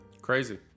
Crazy